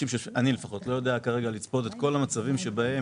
אני לא יודע לצפות את כל המצבים שבהם